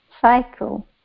cycle